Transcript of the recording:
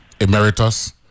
Emeritus